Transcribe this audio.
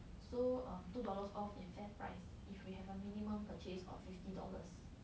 so um two dollars off in Fairprice if we have a minimum purchase of fifty dollars